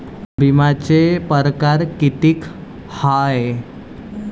बिम्याचे परकार कितीक हाय?